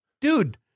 dude